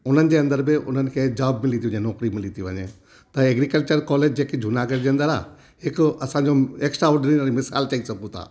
उन्हनि जे अंदरि बि उन्हनि खे जॉब मिली थी या नौकिरी मिली थी वञे त एगरीकल्चर कॉलेज जेके जूनागढ़ जे अंदरि आहे हिकु असांजो एक्स्ट्राऑडिनरी मिसाल चई सघूं था